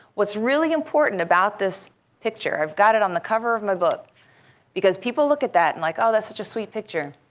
what's really important about this picture i've got it on the cover of my book because people look at that and they're like, oh, that's such a sweet picture.